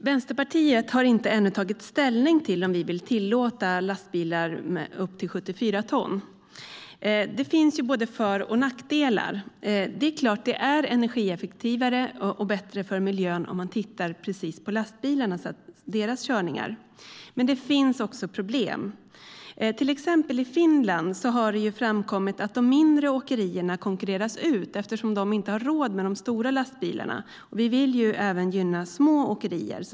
Vänsterpartiet har inte ännu tagit ställning till om vi vill tillåta lastbilar upp till 74 ton. Det finns ju både för och nackdelar. Det är klart att det är energieffektivare och bättre för miljön om man tittar just på lastbilarna och deras körningar. Men det finns också problem. Till exempel i Finland har det framkommit att de mindre åkerierna konkurreras ut eftersom de inte har råd med de stora lastbilarna, och vi vill ju gynna även små åkerier.